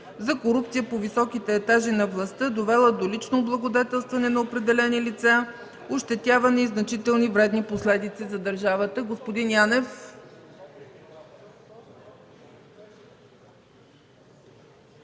за корупция по високите етажи на властта, довели до лично облагодетелстване на определени лица, ощетяване и значителни вредни последици за държавата.